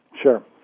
Sure